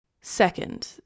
Second